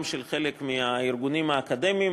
גם של חלק מהארגונים האקדמיים,